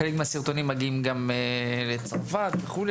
חלק מהסרטונים מגיעים גם לצרפת וכו'.